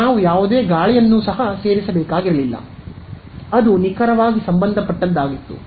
ನಾವು ಯಾವುದೇ ಗಾಳಿಯನ್ನು ಸೇರಿಸಬೇಕಾಗಿಲ್ಲ ಅದು ನಿಖರವಾಗಿ ಸಂಬಂಧಪಟ್ಟದ್ದು